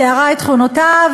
תיארה את תכונותיו,